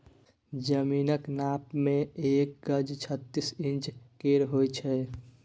जमीनक नाप मे एक गज छत्तीस इंच केर होइ छै